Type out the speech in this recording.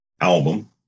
album